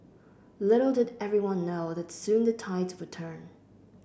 little did everyone know that soon the tides would turn